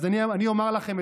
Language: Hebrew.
אז אני אומר לכם,